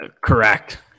correct